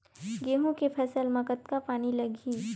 गेहूं के फसल म कतका पानी लगही?